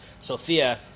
Sophia